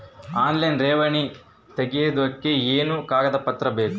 Online ಠೇವಣಿ ತೆಗಿಯೋದಕ್ಕೆ ಏನೇನು ಕಾಗದಪತ್ರ ಬೇಕು?